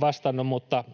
vastannut,